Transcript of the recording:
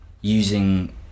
using